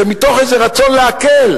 שמתוך איזה רצון להקל,